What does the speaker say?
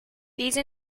these